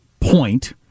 point